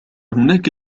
هناك